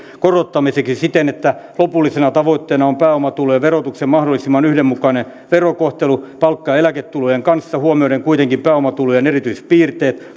korottamiseksi siten että lopullisena tavoitteena on pääomatulojen verotuksen mahdollisimman yhdenmukainen verokohtelu palkka ja eläketulojen kanssa huomioiden kuitenkin pääomatulojen erityispiirteet